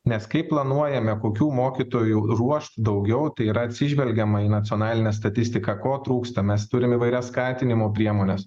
nes kaip planuojame kokių mokytojų ruošt daugiau tai yra atsižvelgiama į nacionalinę statistiką ko trūksta mes turim įvairias skatinimo priemones